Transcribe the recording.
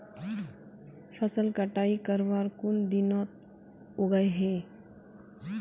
फसल कटाई करवार कुन दिनोत उगैहे?